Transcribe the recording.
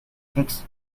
fix